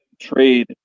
trade